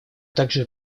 также